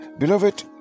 Beloved